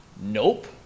Nope